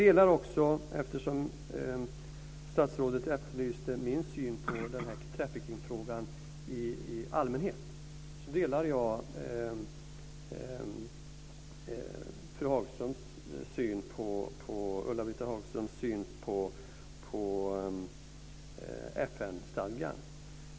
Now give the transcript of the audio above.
Eftersom statsrådet efterlyste min syn på denna trafficking-fråga i allmänhet kan jag säga att jag delar Ulla-Britt Hagströms syn på FN-stadgan.